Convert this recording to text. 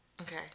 Okay